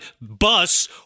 bus